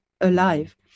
alive